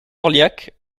orliac